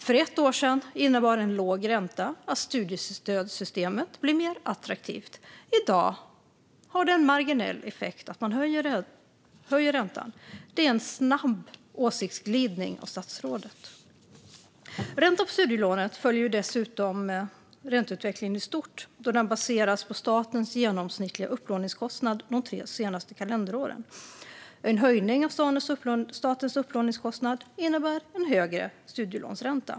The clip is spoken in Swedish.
För ett år sedan innebar en låg ränta att studiestödssystemet blir mer attraktivt, men i dag har det en marginell effekt att man höjer räntan. Det är en snabb åsiktsglidning av statsrådet. Räntan på studielånet följer dessutom ränteutvecklingen i stort, då den baseras på statens genomsnittliga upplåningskostnad de tre senaste kalenderåren. En höjning av statens upplåningskostnad innebär en högre studielånsränta.